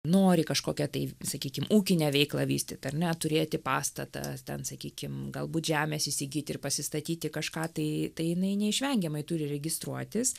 nori kažkokią tai sakykim ūkinę veiklą vystyt ar ne turėti pastatą ten sakykim galbūt žemės įsigyti ir pasistatyti kažką tai tai jinai neišvengiamai turi registruotis